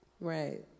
Right